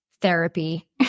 therapy